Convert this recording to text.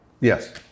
Yes